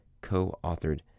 co-authored